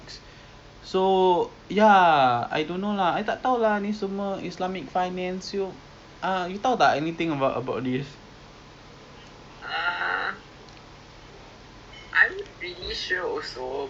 so it's very interesting because macam they will literally say like a tick or cross if it's uh allowed or not haram or halal lah in that sense tapi the problem with that website ah they very limited if you want to see more of like their ratings you kena bayar